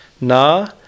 Na